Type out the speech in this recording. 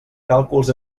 càlculs